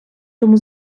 тому